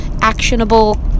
actionable